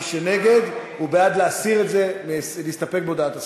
מי שנגד הוא בעד להסתפק בהודעת השר.